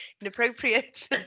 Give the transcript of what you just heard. Inappropriate